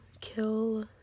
kill